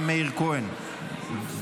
אין מתנגדים.